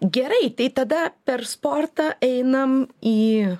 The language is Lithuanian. gerai tai tada per sportą einam į